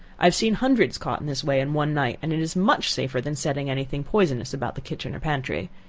i have seen hundreds caught in this way in one night, and it is much safer than setting any thing poisonous about the kitchen or pantry.